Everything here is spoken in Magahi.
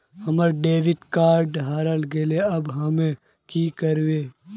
हमर डेबिट कार्ड हरा गेले अब हम की करिये?